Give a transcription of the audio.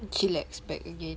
chillax back again